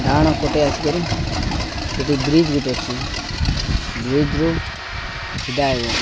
ଡାହାଣ ପଟେ ଆସିକରି ସେଠି ବ୍ରିଜ ଗୋଟେ ଅଛି ବ୍ରିଜରୁ ସିଧା ଆସିବ